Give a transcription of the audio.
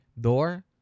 door